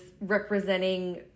representing